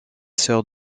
sœur